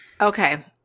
okay